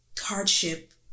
hardship